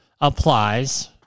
applies